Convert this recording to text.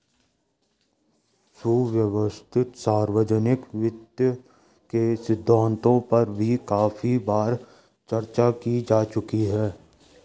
सुव्यवस्थित सार्वजनिक वित्त के सिद्धांतों पर भी काफी बार चर्चा की जा चुकी है